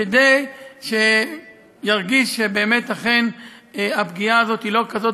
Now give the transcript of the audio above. כדי שירגיש שבאמת הפגיעה הזאת היא לא כזאת